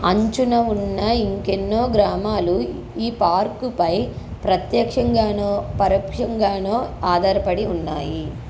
అంచున ఉన్న ఇంకెన్నో గ్రామాలు ఈ పార్కుపై ప్రత్యక్షంగానో పరోక్షంగానో ఆధారపడి ఉన్నాయి